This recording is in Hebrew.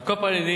על כל פנים,